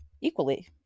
equally